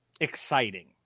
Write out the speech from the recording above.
exciting